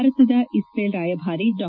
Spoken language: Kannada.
ಭಾರತದ ಇಕ್ರೇಲ್ ರಾಯಭಾರಿ ಡಾ